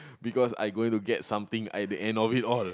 because I'm gonna get something by the end of it all